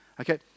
Okay